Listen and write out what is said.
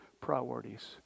priorities